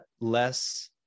less